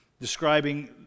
describing